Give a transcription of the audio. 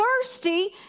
thirsty